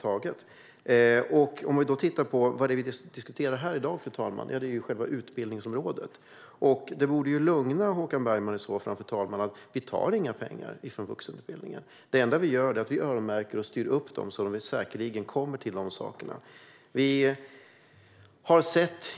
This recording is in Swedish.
Låt oss se på det vi diskuterar i dag: utbildningsområdet. Håkan Bergman borde bli lugnad, fru talman, av att vi inte tar några pengar från vuxenutbildningen. Det enda vi gör är att öronmärka och styra upp dem så att de säkert kommer till rätt saker.